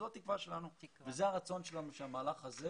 זאת התקווה שלנו וזה הרצון שלנו, שהמהלך הזה